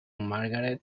margaret